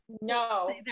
no